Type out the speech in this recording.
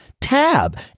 tab